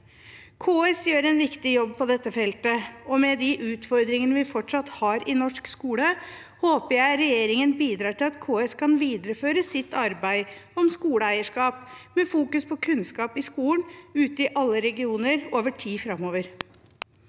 KS gjør en viktig jobb på dette feltet, og med de utfordringene vi fortsatt har i norsk skole, håper jeg regjeringen bidrar til at KS kan videreføre sitt arbeid om skoleeierskap, som fokuserer på kunnskap i skolen, ute i alle regioner, over tid framover.